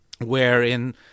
wherein